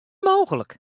mooglik